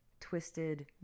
twisted